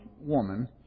woman